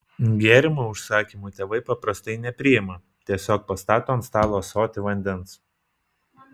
gėrimų užsakymų tėvai paprastai nepriima tiesiog pastato ant stalo ąsotį vandens